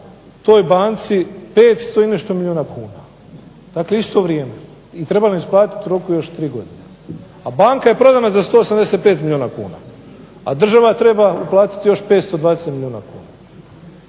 toj banci 500 i nešto milijuna kuna. Dakle, isto vrijeme. I treba im isplatiti u roku još 3 godine. A banka je prodana za 185 milijuna kuna, a država treba uplatiti još 520 milijuna kuna.